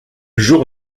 jour